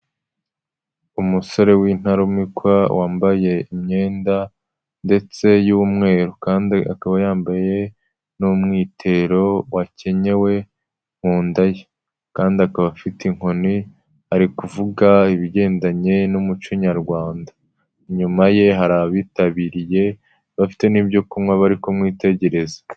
Umusore w'intarumikwa wambaye imyenda ndetse y'umweru kandi akaba yambaye n'umwitero wakenyewe mu nda ye, kandi akaba afite inkoni ari kuvuga ibigendanye n'umuco Nyarwanda. Inyuma ye hari abitabiriye bafite n'ibyo kunywa bari kumwitegereza.